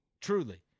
Truly